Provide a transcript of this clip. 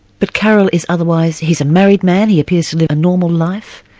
but carroll is otherwise, he's a married man, he appears to live a normal life.